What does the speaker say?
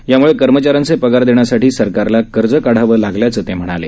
त्यामुळे कर्मचा यांचे पगार देण्यासाठी सरकारला कर्ज काढावं लागल्याचं ते म्हणाले